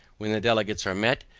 when the delegates are met,